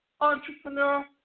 Entrepreneur